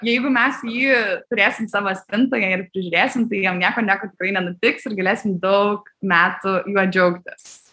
jeigu mes jį turėsim savo spintoje ir prižiūrėsim tai jam nieko nieko nenutiks ir galėsim daug metų juo džiaugtis